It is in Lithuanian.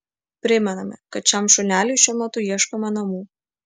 primename kad šiam šuneliui šiuo metu ieškome namų